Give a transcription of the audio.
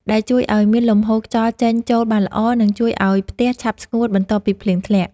ដែលជួយឱ្យមានលំហូរខ្យល់ចេញចូលបានល្អ និងជួយឱ្យផ្ទះឆាប់ស្ងួតបន្ទាប់ពីភ្លៀងធ្លាក់។